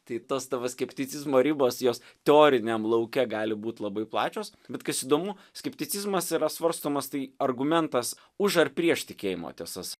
tai tos tavo skepticizmo ribos jos teoriniam lauke gali būt labai plačios bet kas įdomu skepticizmas yra svarstomas tai argumentas už ar prieš tikėjimo tiesas